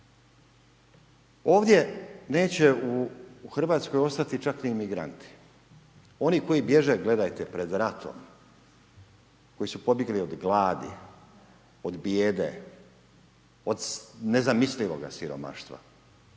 Ovdje neće u Hrvatskoj ostati čak ni imigranti, oni koji bježe gledajte pred ratom, koji su pobjegli od gladi, od bijede, od nezamislivoga siromaštva,